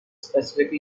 specifically